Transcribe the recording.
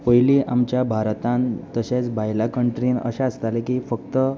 पयलीं आमच्या भारतान तशेंच भायल्या कंट्रीन अशें आसतालें की फक्त